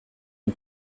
une